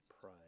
pray